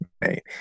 right